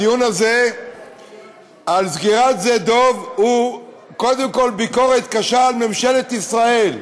הדיון הזה על סגירת שדה-דב הוא קודם כול ביקורת קשה על ממשלת ישראל.